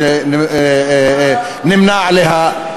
שדנון נמנה עמה.